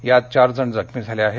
यात चार जण जखमी झाले आहेत